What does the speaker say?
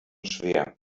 schwer